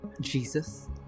Jesus